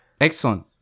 Excellent